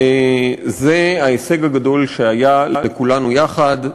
וזה ההישג הגדול שהיה לכולנו יחד,